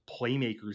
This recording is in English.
playmakers